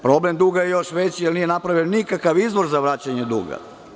Problem duga je još veći jer nije napravljen nikakav izvor za vraćanje duga.